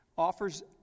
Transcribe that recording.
offers